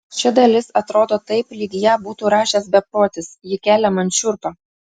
ši dalis atrodo taip lyg ją būtų rašęs beprotis ji kelia man šiurpą